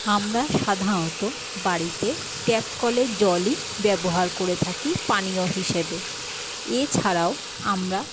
আমরা সাধাণত বাড়িতে ট্যাপ কলের জলই ব্যবহার করে থাকি পানীয় হিসেবে এছাড়াও আমরা